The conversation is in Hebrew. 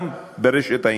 גם באינטרנט.